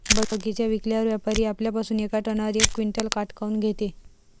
बगीचा विकल्यावर व्यापारी आपल्या पासुन येका टनावर यक क्विंटल काट काऊन घेते?